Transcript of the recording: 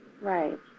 Right